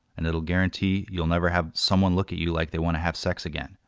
and it will guarantee you'll never have someone look at you like they want to have sex again.